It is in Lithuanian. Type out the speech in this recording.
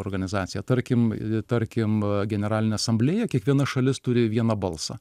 organizacija tarkim tarkim generalinė asamblėja kiekviena šalis turi vieną balsą